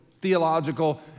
theological